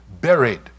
buried